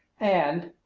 and,